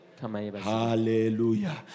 Hallelujah